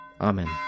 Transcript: Amen